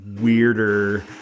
weirder